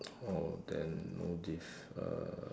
oh then no diff